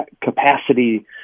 capacity